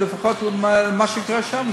לפחות למה שיקרה שם,